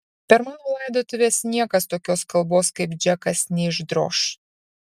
per mano laidotuves niekas tokios kalbos kaip džekas neišdroš